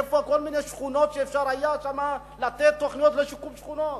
איפה כל מיני שכונות שאפשר היה שם לתת תוכניות לשיקום שכונות?